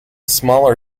smaller